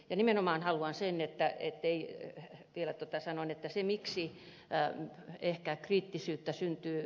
ja nimenomaan haluan vielä sanoa että se miksi ehkä kriittisyyttä syntyy